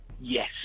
Yes